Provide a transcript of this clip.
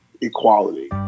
equality